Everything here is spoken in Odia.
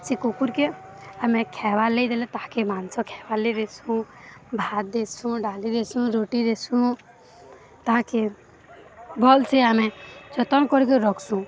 ସେ କୁକୁରକୁ ଆମେ ଖାଇବା ଲାଗି ଦେଲେ ତାହାକୁ ମାଂସ ଖାଇବା ଲାଗି ଦେଉ ଭାତ ଦେଉ ଡାଲି ଦେଉ ରୁଟି ଦେଉ ତାହାକୁ ଭଲରେ ଆମେ ଯତ୍ନ କରିକି ରଖୁ